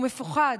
הוא מפוחד.